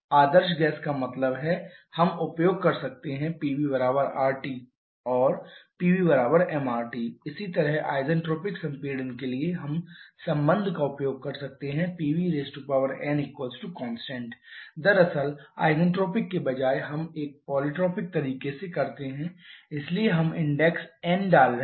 आदर्श गैस का मतलब है हम उपयोग कर सकते हैं PvRT or PvmRT इसी तरह आईसेन्ट्रॉपिक संपीड़न के लिए हम संबंध का उपयोग कर सकते हैं Pvnconstant दरअसल आइसेंट्रोपिक के बजाय हम एक पॉलीट्रोपिक तरीके से करते हैं इसलिए हम इंडेक्स n डाल रहे हैं